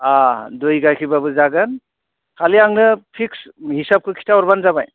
अ दुइ गाइखेरब्लाबो जागोन खालि आंनो फिक्स्ड हिसाबखो खिथाहरब्लानो जाबाय